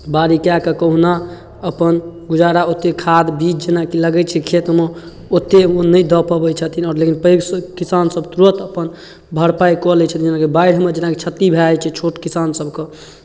बाड़ी कए कऽ कोहुना अपन गुजारा ओतेक खाद बीज जेनाकि लगै छै खेतमे ओतेक ओ नहि दऽ पबै छथिन आओर लेकिन पैघ किसानसभ तुरन्त अपन भरपाइ कऽ लैत छथिन जेनाकि बाढ़िमे जेनाकि क्षति भए जाइ छै छोट किसानसभके